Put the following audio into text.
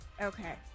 okay